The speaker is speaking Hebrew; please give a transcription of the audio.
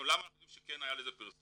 למה אנחנו יודעים שכן היה לזה פרסום?